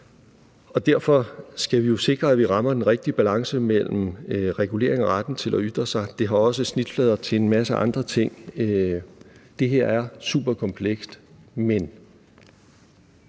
og derfor skal vi sikre, at vi rammer den rigtige balance mellem regulering og retten til at ytre sig. Det har også snitflader til en masse andre ting. Det her er super komplekst, men